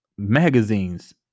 magazines